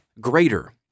greater